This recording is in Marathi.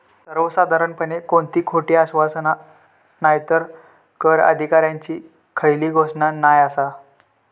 सर्वसाधारणपणे कोणती खोटी आश्वासना नायतर कर अधिकाऱ्यांची खयली घोषणा नाय आसा